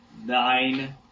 nine